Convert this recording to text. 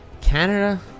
Canada